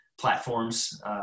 platforms